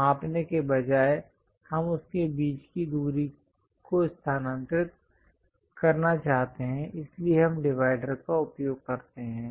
मापने के बजाय हम उसके बीच की दूरी को स्थानांतरित करना चाहते हैं इसलिए हम डिवाइडर का उपयोग करते हैं